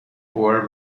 boer